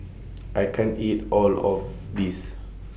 I can't eat All of This